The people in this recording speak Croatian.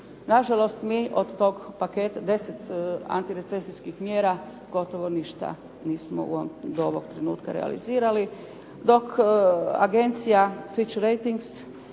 Nažalost, mi od tog paketa deset antirecesijskih mjera gotovo ništa nismo do ovog trenutka realizirali. Dok agencija "Fitch ratings"